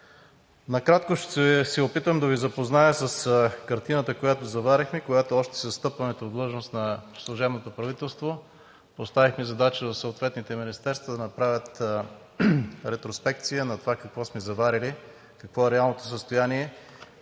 Накратко ще се опитам да Ви запозная с картината, която заварихме, когато още с встъпването в длъжност на служебното правителство поставихме задача съответните министерства да направят ретроспекция на това какво сме заварили, какво е реалното състояние,